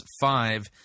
five